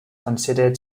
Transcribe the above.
considered